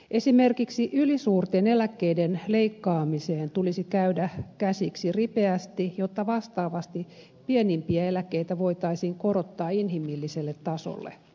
esimerkiksi ylisuurten eläkkeiden leikkaamiseen tulisi käydä käsiksi ripeästi jotta vastaavasti pienimpiä eläkkeitä voitaisiin korottaa inhimilliselle tasolle